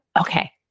okay